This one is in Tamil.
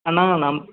அண்ணா நம்